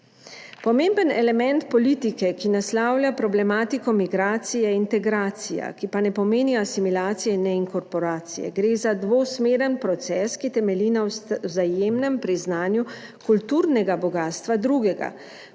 Pomemben element politike, ki naslavlja problematiko migracij, je integracija, ki pa ne pomeni asimilacije in ne korporacije, gre za dvosmeren proces, ki temelji na vzajemnem priznanju kulturnega bogastva drugega.